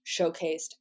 showcased